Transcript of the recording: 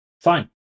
fine